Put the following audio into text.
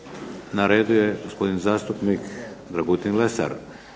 Na redu je gospodin zastupnik Dragutin Lesar.